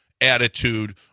attitude